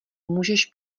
můžeš